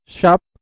shop